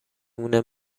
مونه